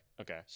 Okay